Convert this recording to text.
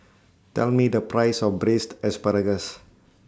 Tell Me The Price of Braised Ssparagus